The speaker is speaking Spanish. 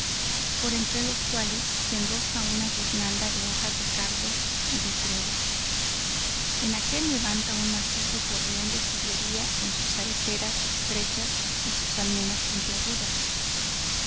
por entre los cuales se enrosca una guirnalda de hojas de cardo y de trébol en aquél levanta un macizo torreón de sillería con sus saeteras estrechas y sus almenas puntiagudas